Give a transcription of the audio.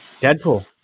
Deadpool